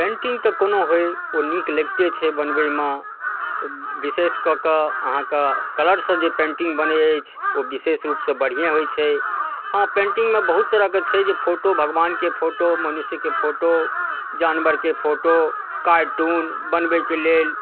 painting तऽ कोनो होइ ओ नीक लगिते छै बनबैमे विशेष कऽ कऽ अहाँके कलरसँ जे पेन्टिङ्ग बनै अछि ओ विशेष रूपसँ बढ़िआँ होइ छै हँ पेन्टिङ्गमे बहुत तरहके छै जे फोटो भगवानके फोटो मनुष्यके फोटो जानवरके फोटो कार्टून बनबैके लेल